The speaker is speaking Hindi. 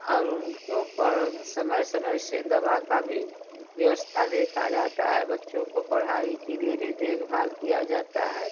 और उनको समय समय से दवा का भी व्यवस्था देखा जाता है बच्चों को पढ़ाई के लिए भी देखभाल किया जाता है